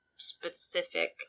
specific